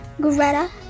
Greta